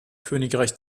königreich